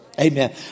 Amen